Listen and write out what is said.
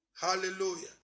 Hallelujah